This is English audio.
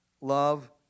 Love